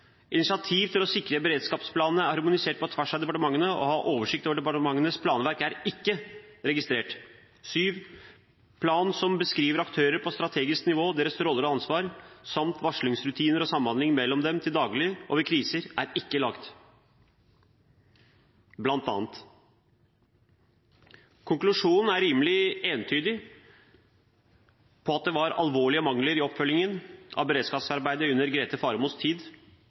Initiativ til å sikre beredskapsplanene er organisert på tvers av departementene og oversikt over departementenes planverk er ikke registrert. Planen som beskriver aktører på strategisk nivå, deres roller og ansvar, samt varslingsrutiner og samhandling mellom dem til daglig og ved kriser, er ikke lagt. – Blant annet. Konklusjonen er rimelig entydig på at det var alvorlige mangler i oppfølgingen av beredskapsarbeidet i Justis- og beredskapsdepartementet under Grete